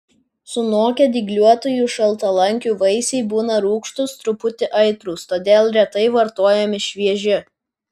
sunokę dygliuotųjų šaltalankių vaisiai būna rūgštūs truputį aitrūs todėl retai vartojami švieži